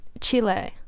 Chile